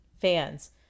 fans